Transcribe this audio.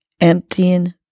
emptying